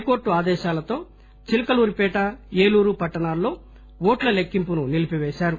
high court ఆదేశాలతో చిలకలూరిపేట ఏలూరు పట్టణాల్లో ఓట్ల లెక్కింపును నిలిపి పేశారు